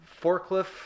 Forklift